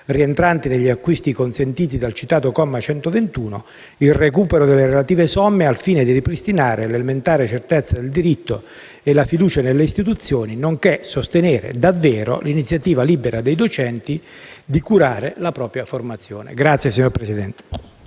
rientranti negli acquisti consentiti dal citato comma 121, il recupero delle relative somme al fine di ripristinare l'elementare certezza del diritto e la fiducia nelle istituzioni, nonché sostenere davvero l'iniziativa libera dei docenti di curare la propria formazione. PRESIDENTE. Il rappresentante